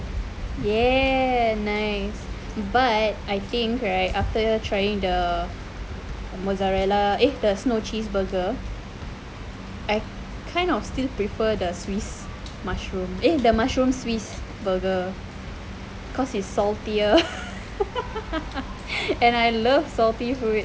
ya nice but I think right after trying the mozzarella eh no the snow cheese burger I kind of still prefer the swiss mushroom eh the mushroom swiss burger cause it's saltier and I love salty food